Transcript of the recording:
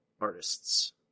artists